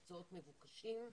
מקצועות מבוקשים,